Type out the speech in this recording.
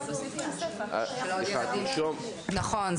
הוא יכול לצלם את החלק הראשון, נכון.